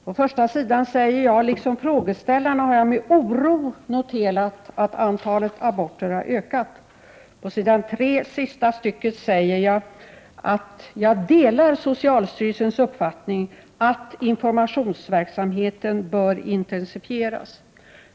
På första sidan i det utdelade svaret säger jag: ”Liksom frågeställarna har jag med oro noterat att antalet aborter ökat.” Pås. 3, sista stycket, säger jag att jag delar socialstyrelsens uppfattning att informationsverksamheten bör intensifieras.